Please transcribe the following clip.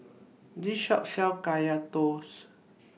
This Shop sells Kaya Toast